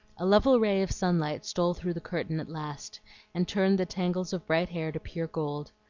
a level ray of sunlight stole through the curtain at last and turned the tangles of bright hair to pure gold.